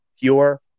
pure